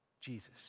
Jesus